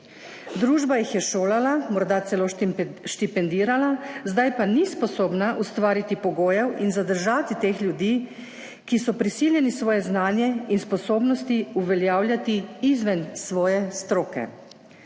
Družba jih je šolala, morda celo štipendirala, zdaj pa ni sposobna ustvariti pogojev in zadržati teh ljudi, ki so prisiljeni svoje znanje in sposobnosti uveljavljati izven svoje stroke.